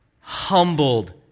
Humbled